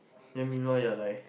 then Ping-Pong you are like